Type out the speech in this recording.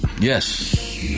Yes